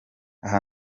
aha